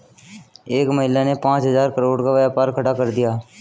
एक महिला ने पांच हजार करोड़ का व्यापार खड़ा कर दिया